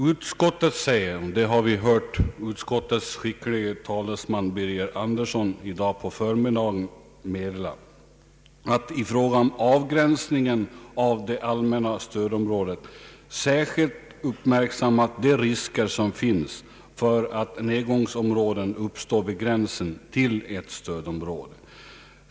Utskottet säger — det har vi hört utskottets skicklige talesman herr Birger Andersson på förmiddagen meddela — att man i fråga om avgränsningen av det allmänna stödområdet särskilt uppmärksammat de risker som finns för att nedgångsområden uppstår vid gränsen till ett stödområde.